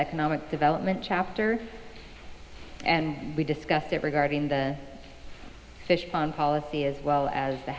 economic development chapters and we discussed that regarding the fish pond policy as well as the